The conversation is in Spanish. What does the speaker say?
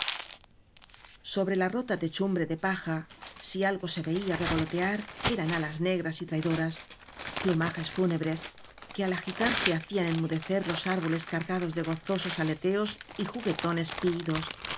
sobre la rota techumbre de paja si algo se veía revolotear eran alas negras y traidoras plumajes fúnebres que al agitarse hacían en mudecer los árboles careados de gozosos aleo o teos y juguetones piídos